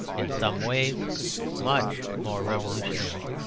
in some ways much more revolutionary.